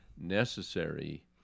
necessary